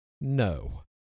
no